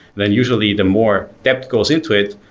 then usually the more depth goes into it,